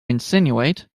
insinuate